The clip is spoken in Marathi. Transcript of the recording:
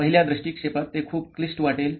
पहिल्या दृष्टीक्षेपात ते खूप क्लिष्ट वाटेल